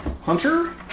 Hunter